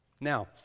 Now